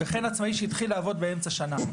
וכן עצמאי שהתחיל לעבוד באמצע השנה.